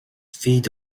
feed